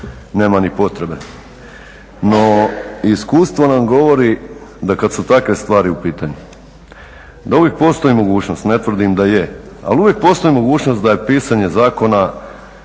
nema ni potrebe. No iskustvo nam govori da kad su takve stvari u pitanju, da uvijek postoji mogućnost, ne tvrdim da je, ali uvijek postoji mogućnost da je pisanje zakona